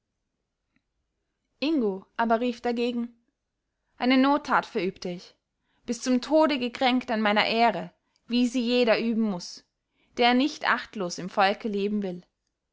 ingo aber rief dagegen eine nottat verübte ich bis zum tode gekränkt an meiner ehre wie sie jeder üben muß der nicht achtlos im volke leben will